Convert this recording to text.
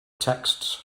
texts